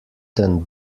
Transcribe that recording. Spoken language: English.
than